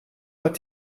hat